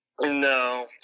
no